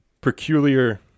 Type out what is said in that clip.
peculiar